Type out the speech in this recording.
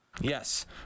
Yes